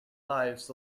lives